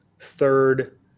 third